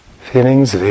Feelings